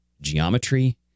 geometry